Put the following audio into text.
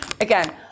Again